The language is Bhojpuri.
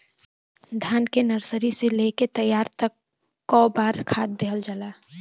धान के नर्सरी से लेके तैयारी तक कौ बार खाद दहल जाला?